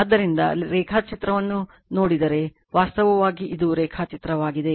ಆದ್ದರಿಂದ ರೇಖಾಚಿತ್ರವನ್ನು ನೋಡಿದರೆ ವಾಸ್ತವವಾಗಿ ಇದು ರೇಖಾಚಿತ್ರವಾಗಿದೆ